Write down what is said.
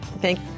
Thank